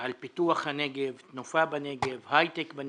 על פיתוח הנגב, על תנופה בנגב, על היי-טק בנגב,